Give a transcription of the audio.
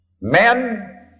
Men